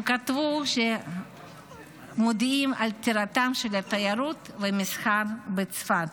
הם כתבו שמודיעים על פטירתם של התיירות והמסחר בצפת.